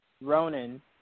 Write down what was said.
Ronan